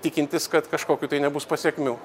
tikintis kad kažkokių tai nebus pasekmių